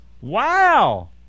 Wow